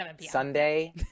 Sunday